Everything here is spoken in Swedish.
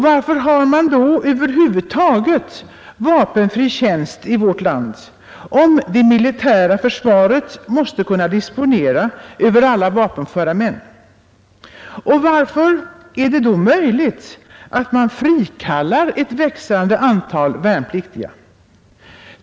Varför har man då över huvud taget vapenfri tjänst i vårt land, om det militära försvaret måste kunna disponera över alla vapenföra män? Varför är det då möjligt att man frikallar ett växande antal värnpliktiga?